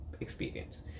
experience